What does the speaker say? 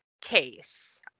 case